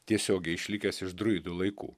tiesiogiai išlikęs iš druidų laikų